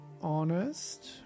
honest